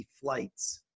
flights